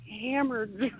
hammered